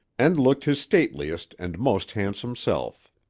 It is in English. and looked his stateliest and most handsome self.